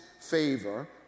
favor